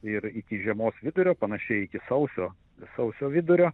ir iki žiemos vidurio panašiai iki sausio sausio vidurio